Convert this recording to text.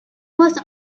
was